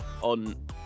on